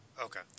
Okay